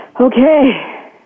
Okay